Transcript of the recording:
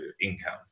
income